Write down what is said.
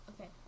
Okay